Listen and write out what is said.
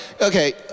okay